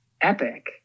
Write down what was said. Epic